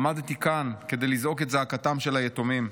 עמדתי כאן כדי לזעוק את זעקתם של היתומים.